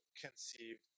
conceived